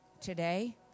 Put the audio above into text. today